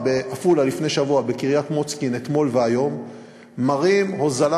בעפולה לפני שבוע ובקריית-מוצקין אתמול והיום מראים הוזלה